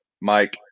Mike